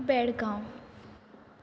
Belgaum